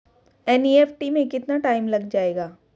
NEFT में कितना time लग जाएगा?